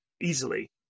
easily